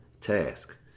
task